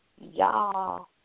Y'all